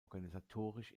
organisatorisch